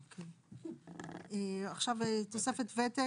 אוקיי, עכשיו תוספת וותק.